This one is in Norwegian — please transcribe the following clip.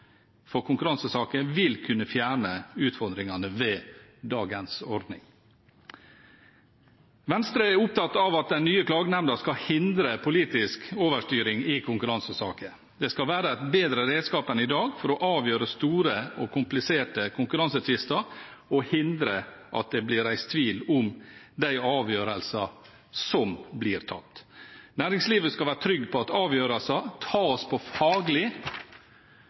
for konkurransesaker vil kunne fjerne utfordringene ved dagens ordning. Venstre er opptatt av at den nye klagenemnda skal hindre politisk overstyring i konkurransesaker. Det skal være et bedre redskap enn i dag for å avgjøre store og kompliserte konkurransetvister og hindre at det blir reist tvil om de avgjørelser som blir tatt. Næringslivet skal være trygg på at avgjørelser tas på faglig